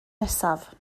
nesaf